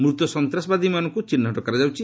ମୃତ ସନ୍ତାସବାଦୀମାନଙ୍କୁ ଚିହ୍ନଟ କରାଯାଉଛି